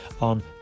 on